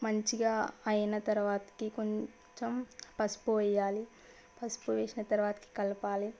మంచిగా అయిన తరువాతకి కొంచెం పసుపు వేయాలి పసుపు వేసిన తరువాతకి కలపాలి